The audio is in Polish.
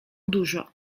dużo